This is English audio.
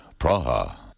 Praha